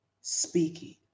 Speaking